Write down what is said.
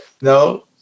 No